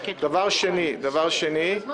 שנית,